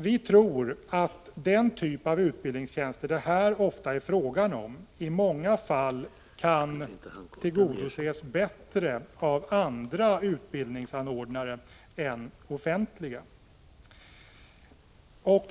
Vi tror att behovet av den typ av utbildningstjänster som det här ofta är fråga om i många fall kan tillgodoses bättre av andra utbildningsanordnare än offentliga.